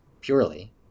purely